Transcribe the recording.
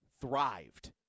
thrived